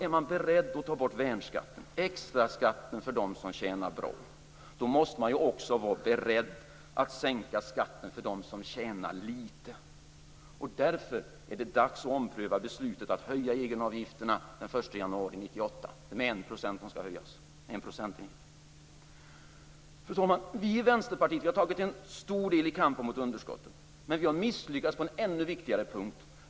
Är man beredd att ta bort värnskatten - extraskatten för dem som tjänar bra - måste man också vara beredd att sänka skatten för dem som tjänar litet. Därför är det dags att ompröva beslutet att höja egenavgifterna den 1 januari 1998. De skall ju höjas med en procentenhet då. Fru talman! Vi i Vänsterpartiet har tagit en stor del i kampen mot underskotten, men vi har misslyckats på en ännu viktigare punkt.